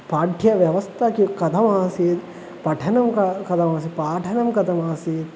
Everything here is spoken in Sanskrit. पाठ्यव्यवस्था का कथमासीत् पठनं किं कथमासीत् पाठनं कथमासीत्